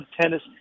tennis